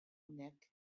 hawnhekk